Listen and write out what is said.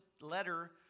letter